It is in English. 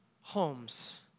homes